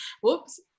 whoops